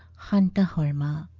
the former